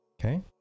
Okay